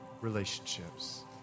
relationships